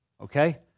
Okay